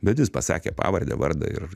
bet jis pasakė pavardę vardą ir